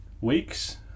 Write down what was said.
weeks